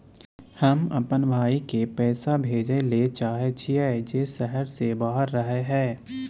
हम अपन भाई के पैसा भेजय ले चाहय छियै जे शहर से बाहर रहय हय